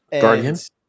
Guardians